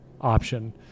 option